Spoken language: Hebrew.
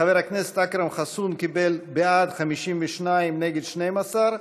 1. חבר הכנסת אכרם חסון קיבל בעד, 52, נגד, 12,